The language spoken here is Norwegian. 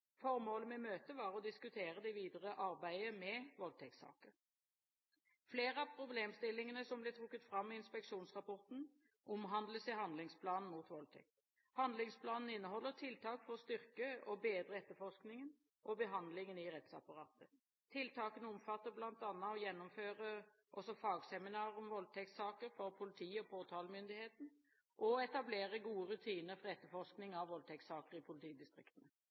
Formålet med møtet var å diskutere det videre arbeidet med voldtektssaker. Flere av problemstillingene som ble trukket fram i inspeksjonsrapporten, omhandles i handlingsplanen mot voldtekt. Handlingsplanen inneholder tiltak for å styrke og bedre etterforskingen og behandlingen i rettsapparatet. Tiltakene omfatter bl.a. å gjennomføre fagseminar om voldtektssaker for politi og påtalemyndighet, og å etablere gode rutiner for etterforsking av voldtektssaker i politidistriktene.